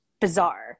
bizarre